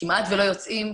כמעט ולא יוצאים,